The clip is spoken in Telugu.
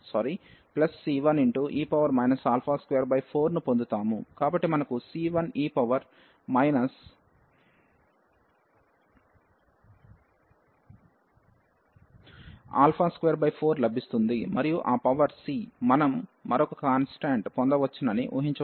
కాబట్టి మనకు c1e 24లభిస్తుంది మరియు ఆ పవర్ c మనం మరొక కాన్స్టాంట్ పొందవచ్చునని ఊహించవచ్చు